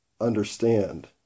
understand